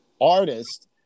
artist